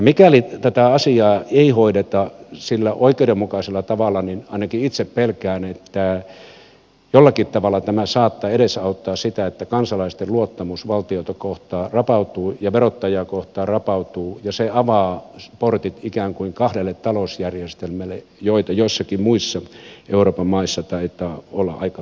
mikäli tätä asiaa ei hoideta sillä oikeudenmukaisella tavalla niin ainakin itse pelkään että jollakin tavalla tämä saattaa edesauttaa sitä että kansalaisten luottamus valtiota ja verottajaa kohtaan rapautuu ja se avaa portit ikään kuin kahdelle talousjärjestelmälle jotka joissakin muissa euroopan maissa taitavat olla aika yleisiä